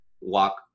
walk